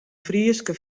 fryske